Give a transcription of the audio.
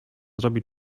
zrobić